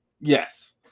Yes